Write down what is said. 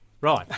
Right